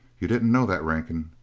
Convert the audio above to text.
you didn't know that, rankin?